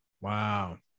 Wow